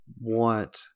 want